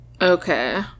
Okay